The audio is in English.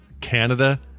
Canada